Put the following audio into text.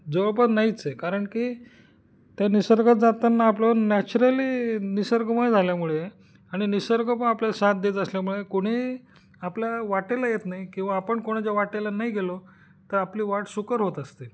जवळपास नाहीच आहे कारण की त्या निसर्गात जाताना आपलं नॅचरली निसर्गमय झाल्यामुळे आणि निसर्ग पण आपल्याला साथ देत असल्यामुळे कोणी आपल्या वाटेला येत नाही किंवा आपण कोणाच्या वाटेला नाही गेलो तर आपली वाट सुकर होत असते